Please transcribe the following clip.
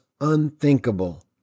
unthinkable